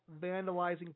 vandalizing